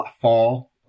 fall